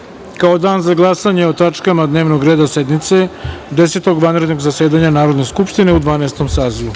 kao dan za glasanje o tačkama dnevnog reda sednice Desetog vanrednog zasedanja Narodne skupštine u Dvanaestom